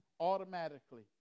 automatically